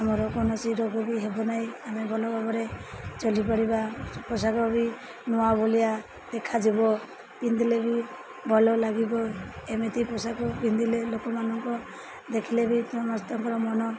ଆମର କୌଣସି ରୋଗ ବି ହେବ ନାହିଁ ଆମେ ଭଲ ଭାବରେ ଚଲିପାରିବା ପୋଷାକ ବି ନୂଆ ଭଲିଆ ଦେଖାଯିବ ପିନ୍ଧିଲେ ବି ଭଲ ଲାଗିବ ଏମିତି ପୋଷାକ ପିନ୍ଧିଲେ ଲୋକମାନଙ୍କ ଦେଖିଲେ ବି ସମସ୍ତଙ୍କର ମନ